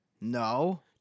No